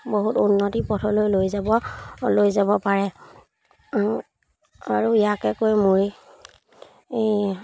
বহুত উন্নতিৰ পথলৈ লৈ যাব লৈ যাব পাৰে আৰু ইয়াকে কৈ মই এই